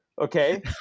okay